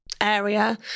area